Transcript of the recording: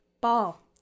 Ball